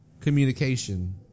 communication